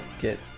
get